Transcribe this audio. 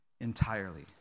entirely